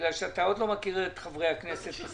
בגלל שאתה עוד לא מכיר את חברי הכנסת מספיק.